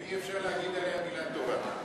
ואי-אפשר להגיד עליה מילה טובה.